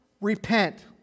repent